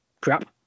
crap